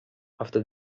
after